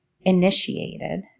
initiated